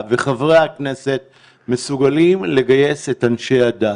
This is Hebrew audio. וחברי הכנסת מסוגלים לגייס את אנשי הדת,